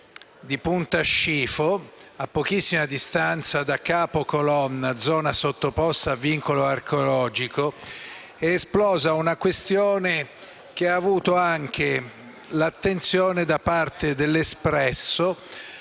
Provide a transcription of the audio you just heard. di Punta Scifo, a pochissima distanza da Capo Colonna (zona sottoposta a vincolo archeologico), è esplosa una questione che ha avuto anche l'attenzione da parte del